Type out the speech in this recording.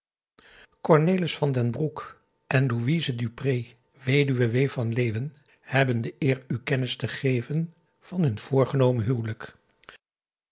van den broek en louise dupré wed w van leeuwen hebben de eer u kennis te geven van hun voorgenomen huwelijk